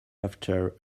after